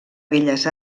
belles